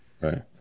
right